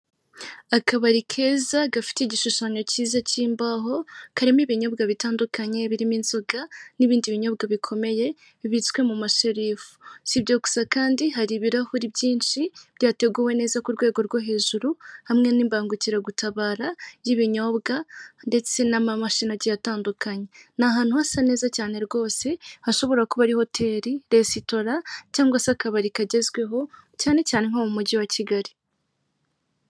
Akabari keza gafite igishushanyo cyiza cy'imbaho, karimo ibinyobwa bitandukanye birimo inzoga n'ibindi binyobwa bikomeye, bibitswe mu masherifu. Si ibyo gusa kandi hari ibirahuri byinshi byateguwe neza ku rwego rwo hejuru hamwe n'ibangukiragutabara y'ibinyobwa ndetse n'amamashini agiye atandukanye. Ni ahantu hasa neza cyane rwose, hashobora kuba hoteri, resitora cyangwa se akabari kagezweho, cyane cyane nko mu mujyi wa Kigali.